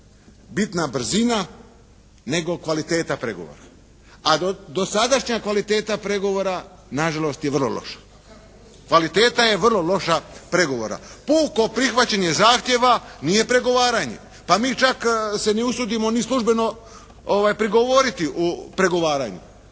bitna brzina nego kvaliteta pregovora a dosadašnja kvaliteta pregovora nažalost je vrlo loša. Kvaliteta je vrlo loša pregovora. Puko prihvaćanje zahtjeva nije pregovaranje. Pa mi čak se ne usudimo ni službeno prigovoriti u prigovaranju.